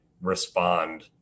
respond